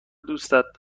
دوستت